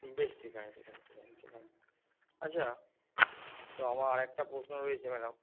বেশ ঠিক আছে ঠিক আছে ঠিক আছে ঠিক আছে আচ্ছা তো আমার একটা প্রশ্ন রয়েছে ম্যাডাম